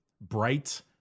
bright